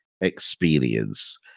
experience